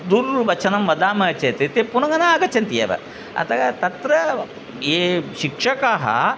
दुर्वचनं वदामः चेत् ते पुनः न आगच्छन्ति एव अतः तत्र ये शिक्षकाः